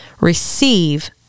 receive